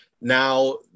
Now